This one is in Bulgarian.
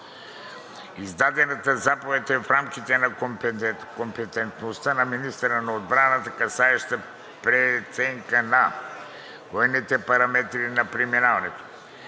Издадената заповед е в рамките на компетентността на министъра на отбраната, касаеща преценка на военните параметри на преминаването.